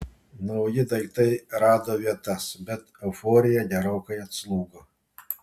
nauji daiktai rado vietas bet euforija gerokai atslūgo